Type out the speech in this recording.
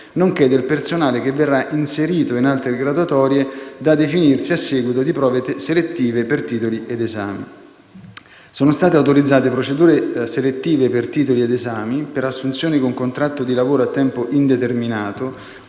nonché del personale che verrà inserito in altre graduatorie da definirsi a seguito di prove selettive per titoli ed esami. Sono state autorizzate procedure selettive per titoli ed esami, per assunzioni con contratto di lavoro a tempo indeterminato,